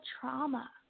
trauma